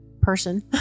person